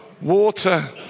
water